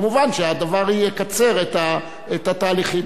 מובן שהדבר יקצר את התהליכים.